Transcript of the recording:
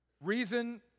Reason